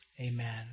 Amen